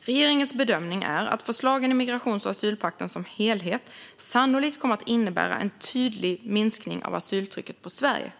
Regeringens bedömning är att förslagen i migrations och asylpakten som helhet sannolikt kommer att innebära en tydlig minskning av asyltrycket på Sverige.